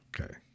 Okay